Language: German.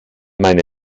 meine